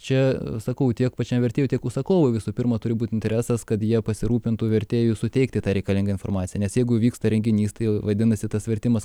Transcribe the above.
čia sakau tiek pačiam vertėjui tiek užsakovui visų pirma turi būt interesas kad jie pasirūpintų vertėju suteikti tą reikalingą informaciją nes jeigu vyksta renginys tai vadinasi tas vertimas